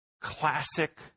classic